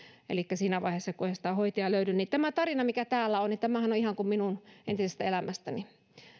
elikkä siinä vaiheessa soitetaan kun ei sitä hoitajaa löydy ja tämä tarinahan mikä täällä on on ihan kuin minun entisestä elämästäni